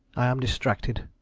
i am distracted,